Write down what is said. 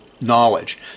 knowledge